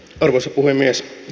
arvoisa puhemies